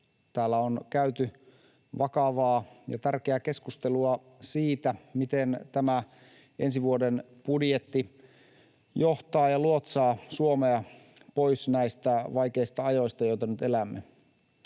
Täällä on käyty vakavaa ja tärkeää keskustelua siitä, miten tämä ensi vuoden budjetti johtaa ja luotsaa Suomea pois näistä vaikeista ajoista, joita nyt elämme.